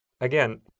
again